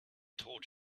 told